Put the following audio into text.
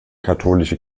katholische